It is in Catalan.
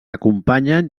acompanyen